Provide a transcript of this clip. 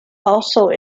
also